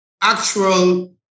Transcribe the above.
actual